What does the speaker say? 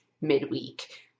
midweek